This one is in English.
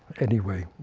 anyway,